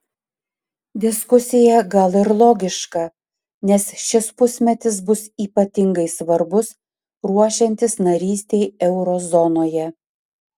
diskusija gal ir logiška nes šis pusmetis bus ypatingai svarbus ruošiantis narystei euro zonoje